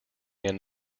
end